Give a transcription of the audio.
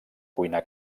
cuina